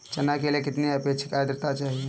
चना के लिए कितनी आपेक्षिक आद्रता चाहिए?